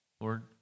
Lord